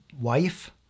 wife